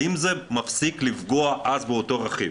האם זה מפסיק לפגוע אז באותו רכיב?